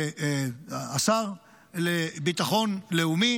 והשר לביטחון לאומי